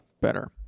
better